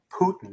Putin